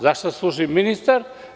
Zašta služi ministar?